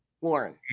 Warren